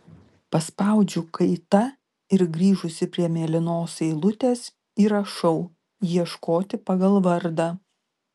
paspaudžiu kaita ir grįžusi prie mėlynos eilutės įrašau ieškoti pagal vardą